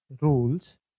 rules